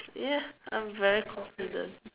yes I'm very confident